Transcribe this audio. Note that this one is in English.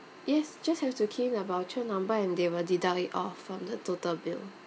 yes just have to key in the voucher number and they will deduct it off from the total bill